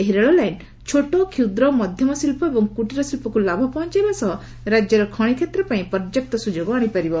ଏହି ରେଳ ଲାଇନ୍ ଛୋଟ କ୍ଷୁଦ୍ର ମଧ୍ୟମ ଶିଳ୍ପ ଏବଂ କ୍ରଟୀର ଶିଳ୍ପକୁ ଲାଭ ପହଞ୍ଚାଇବା ସହ ରାଜ୍ୟର ଖଣି କ୍ଷେତ୍ର ପାଇଁ ପର୍ଯ୍ୟାପ୍ତ ସ୍ୱଯୋଗ ଆଣିପାରିବ